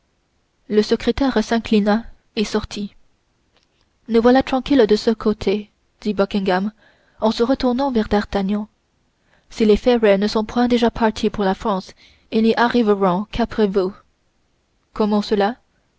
le secrétaire s'inclina et sortit nous voilà tranquilles de ce côté dit buckingham en se retournant vers d'artagnan si les ferrets ne sont point déjà partis pour la france ils n'y arriveront qu'après vous comment cela